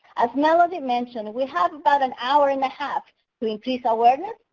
as melody mentioned, we have about an hour and a half to increase awareness,